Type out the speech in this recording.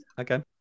okay